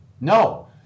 No